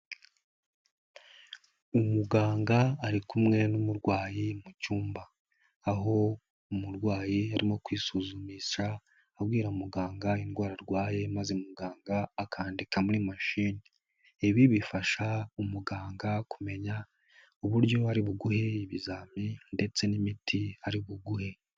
Umuganga ari kumwe n'umurwayi mu cyumba. Aho umurwayi arimo kwisuzumisha, abwira muganga indwara arwaye maze muganga akandika muri mashine. Ibi bifasha umuganga kumenya uburyo ari buguhe ibizami ndetse n'imiti ari buguhe.